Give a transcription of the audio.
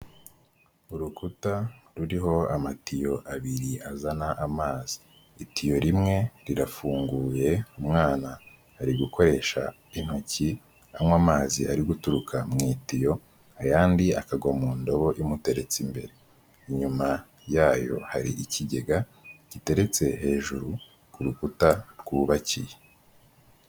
Urukuta ruriho amatiyo abiri azana amazi, itiyo rimwe rirafunguye umwana ari gukoresha intoki anywa amazi ari guturuka mwi itiyo ayandi akagwa mu ndobo imuteretse imbere, inyuma yayo hari ikigega giteretse hejuru ku rukuta rwubakiye.